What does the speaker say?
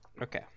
Okay